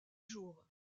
jour